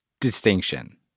distinction